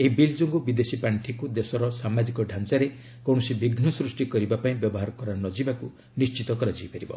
ଏହି ବିଲ୍ ଯୋଗୁଁ ବିଦେଶୀ ପାର୍ଷିକୁ ଦେଶର ସାମାଜିକ ଢାଞ୍ଚାରେ କୌଣସି ବିଘୁ ସୃଷ୍ଟି କରିବା ପାଇଁ ବ୍ୟବହାର କରାନଯିବାକୁ ନିଶ୍ଚିତ କରାଯାଇ ପାରିବ